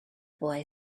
boy